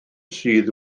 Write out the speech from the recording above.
sydd